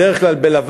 בדרך כלל בלבן,